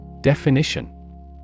Definition